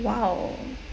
!wow!